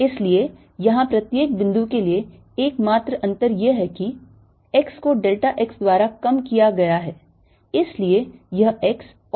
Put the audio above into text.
इसलिए यहां प्रत्येक बिंदु के लिए एकमात्र अंतर यह है कि x को delta x द्वारा कम किया गया है इसलिए यह x और y पर है पथ 4